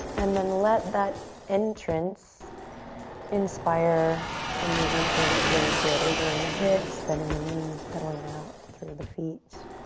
and then let that entrance inspire some movement here that feels good. wiggling the hips, bending the knees, pedaling it out through the feet.